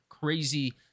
crazy